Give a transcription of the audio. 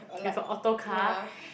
with a auto car